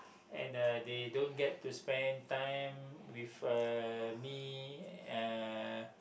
and uh they don't get to spend time with uh me uh